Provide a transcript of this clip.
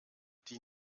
die